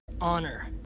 Honor